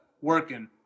working